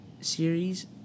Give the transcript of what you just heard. series